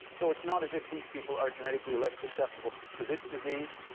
so it's not as if these people are genetically less susceptible to this disease,